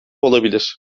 olabilir